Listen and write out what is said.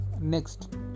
Next